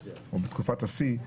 בתקופת השיא.